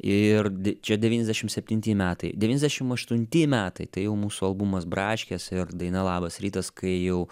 ir di čia devyniasdešim septinti metai devyniasdešim aštunti metai tai jau mūsų albumas braškės ir daina labas rytas kai jau